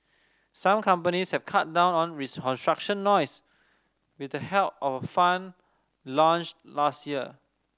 some companies have cut down on construction noise with the help of a fund launched last year